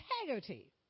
integrity